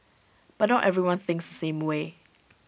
but not everyone thinks the same way